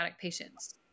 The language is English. patients